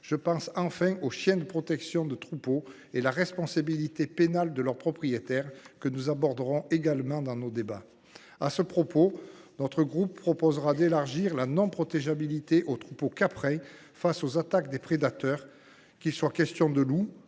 je pense aussi aux chiens de protection de troupeaux et à la responsabilité pénale de leurs propriétaires, que nous aborderons également dans nos débats. Notre groupe proposera d’élargir la non protégeabilité aux troupeaux caprins face aux attaques de prédateurs comme les loups